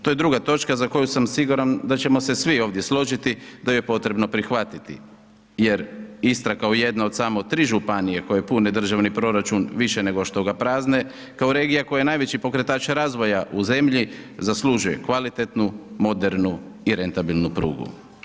To je druga točka za koju sam siguran da ćemo se svi ovdje složiti da ju je potrebno prihvatiti, jer Istra kao jedna od samo 3 županije koje pune državni proračun više nego što ga prazne, kao regija koja je najveći pokretač razvoja u zemlji zaslužuje kvalitetnu, modernu i rentabilnu prugu.